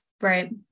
right